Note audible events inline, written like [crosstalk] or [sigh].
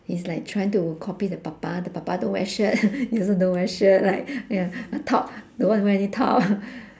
he's like trying to copy the papa the papa don't wear shirt [laughs] he also don't wear shirt like ya top don't want to wear any top [laughs]